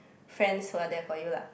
friends who are there for you lah